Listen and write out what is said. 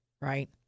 right